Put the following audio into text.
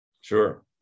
Sure